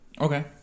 Okay